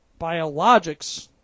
Biologics